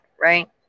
right